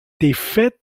effet